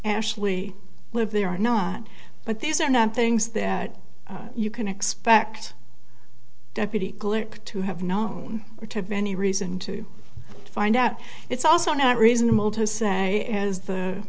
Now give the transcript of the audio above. ashley lived there are not but these are not things that you can expect deputy glick to have known or to have any reason to find out it's also not reasonable to say as the